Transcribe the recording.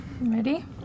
Ready